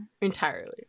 entirely